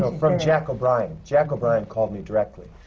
ah from jack o'brien. jack o'brien called me directly.